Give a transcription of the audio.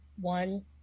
one